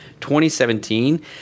2017